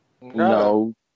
No